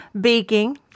baking